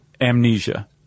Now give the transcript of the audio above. amnesia